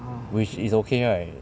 which is okay right